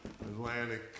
Atlantic